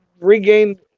regained